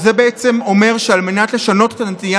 שזה בעצם אומר שעל מנת לשנות את הנטייה